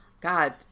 God